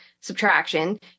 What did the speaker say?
subtraction